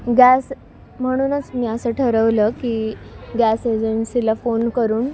gas म्हणूनच मी असं ठरवलं की गॅस एजन्सीला फोन करून